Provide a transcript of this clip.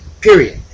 period